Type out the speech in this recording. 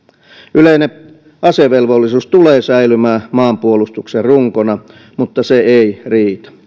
yleinen asevelvollisuus tulee säilymään maanpuolustuksen runkona mutta se ei riitä